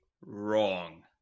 wrong